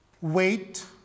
wait